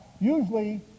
usually